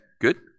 good